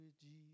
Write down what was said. Jesus